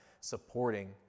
supporting